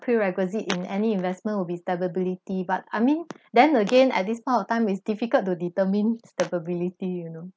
prerequisite in any investment will be but I mean then again at this point of time it's difficult to determine the you know